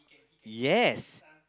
yes